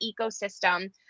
ecosystem